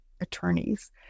attorneys